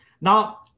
now